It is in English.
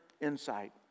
insight